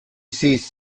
sees